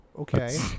Okay